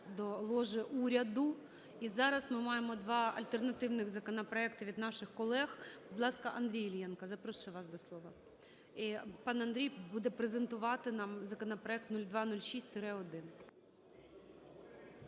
до ложі уряду. І зараз ми маємо два альтернативних законопроекти від наших колег. Будь ласка, Андрій Іллєнко, запрошую вас до слова. І пан Андрій буде презентувати нам законопроект 0206-1.